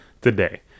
today